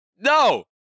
No